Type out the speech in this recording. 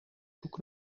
zoek